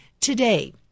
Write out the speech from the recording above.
today